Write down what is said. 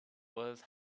was